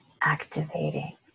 activating